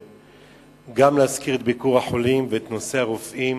וגם להזכיר את ביקור החולים ואת נושא הרופאים.